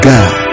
God